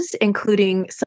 including